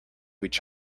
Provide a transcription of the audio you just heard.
each